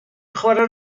chwarae